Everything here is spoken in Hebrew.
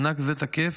מענק זה תקף